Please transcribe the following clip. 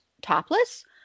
topless